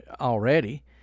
already